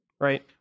right